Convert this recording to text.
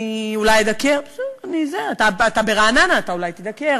אני אולי אדקר, טוב, אתה ברעננה, אתה אולי תידקר,